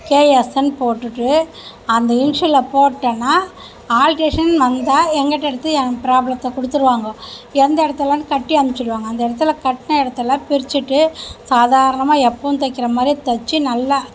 கேஎஸ்ஸுனு போட்டுவிட்டு அந்த இனிசியல போட்டோம்னா ஆல்டேஷன் வந்தால் என்கிட்டே எடுத்து என் பிராப்ளத்தை குடுத்துடுவாங்க எந்த இடத்துலனு கட்டி அனுப்பிச்சிடுவாங்க அந்த இடத்துல கட்டின இடத்தில் பிரிச்சுட்டு சாதாரணமாக எப்பவும் தைக்குறமாரி தைச்சி நல்லா